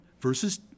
verses